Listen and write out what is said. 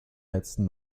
letzten